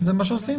זה מה שעשינו.